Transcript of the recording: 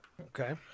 Okay